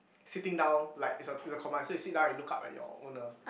sitting down like it's a it's a command so you sit down and you look up at your own uh